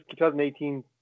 2018